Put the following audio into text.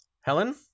Helen